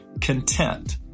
content